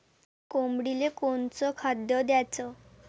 कोंबडीले कोनच खाद्य द्याच?